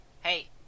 Hey